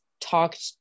talked